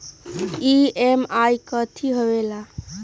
EMI कथी होवेले?